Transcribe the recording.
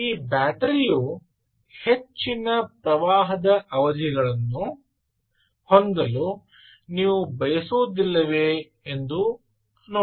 ಈ ಬ್ಯಾಟರಿಯು ಹೆಚ್ಚಿನ ಪ್ರವಾಹದ ಅವಧಿಗಳನ್ನು ಹೊಂದಲು ನೀವು ಬಯಸುವುದಿಲ್ಲವೇ ಎಂದು ನೋಡಿ